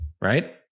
right